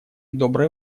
доброй